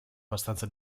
abbastanza